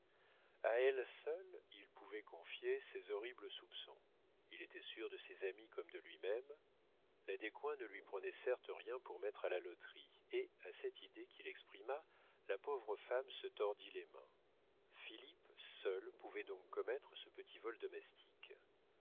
a elle seule il pouvait confier ces horribles soupçons il était sûr de ses amis comme de lui-même la descoings ne lui prenait certes rien pour mettre à la loterie et à cette idée qu'il exprima la pauvre femme se tordit les mains philippe seul pouvait donc commettre ce petit vol domestique